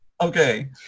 Okay